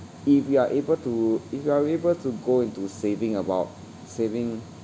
if you are able to if you are able to go into saving about saving